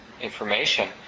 information